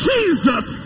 Jesus